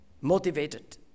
motivated